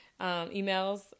emails